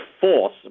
force